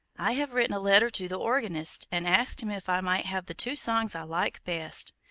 i have written a letter to the organist, and asked him if i might have the two songs i like best.